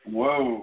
Whoa